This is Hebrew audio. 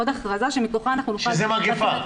עוד הכרזה שמכוחה אנחנו נוכל --- שזה מגפה.